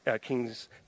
king's